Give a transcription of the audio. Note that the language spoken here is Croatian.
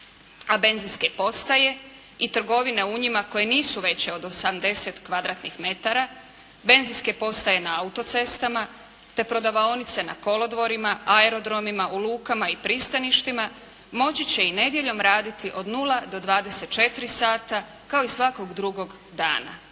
a benzinske postaje i trgovine u njima koje nisu veće od 80 m2, benzinske postaje na autocestama, te prodavaonice na kolodvorima, aerodromima, u lukama i pristaništima moći će i nedjeljom raditi od 0-24 sata kao i svakog drugog dana.